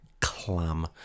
Clam